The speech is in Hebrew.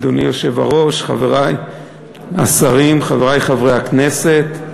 אדוני היושב-ראש, חברי השרים, חברי חברי הכנסת,